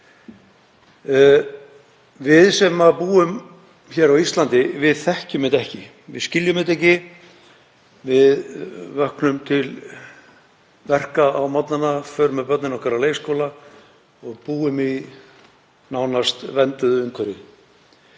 Við sem búum hér á Íslandi þekkjum þetta ekki, við skiljum þetta ekki. Við vöknum til verka á morgnana, förum með börnin okkar á leikskóla og búum í nánast vernduðu umhverfi.